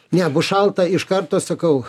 ne bus šalta iš karto sakau